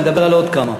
אני אדבר על עוד כמה.